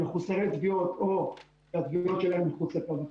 מחוסרי תביעות או התביעות שלהם מחוץ לקו הכחול.